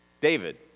David